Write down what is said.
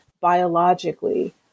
biologically